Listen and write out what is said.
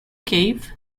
cave